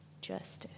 justice